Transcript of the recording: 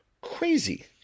Crazy